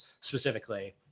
specifically